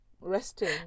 resting